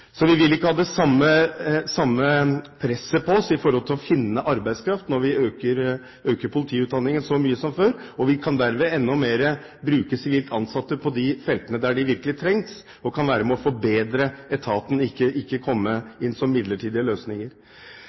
Så vi vil ikke ha det samme presset på oss som før for å finne arbeidskraft når vi øker politiutdanningen så mye. Vi kan dermed i enda større grad bruke sivilt ansatte på de feltene der de virkelig trengs og kan være med og forbedre etaten, og ikke komme inn som midlertidige løsninger.